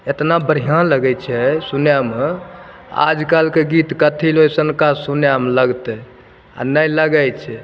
एतना बढ़ियाँ लगै छै सुनएमे आजकलके कथीलए ओइसनका सुनएमे लगतै आ नहि लगै छै